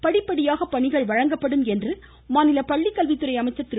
படிப்படியாக பணிகள் வழங்கப்படும் என்று மாநில பள்ளிக்கல்வித்துறை அமைச்சர் திரு